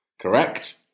Correct